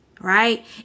right